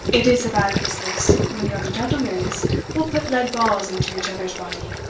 it is a bat business when young gentlemens will put lead balls into each other's body.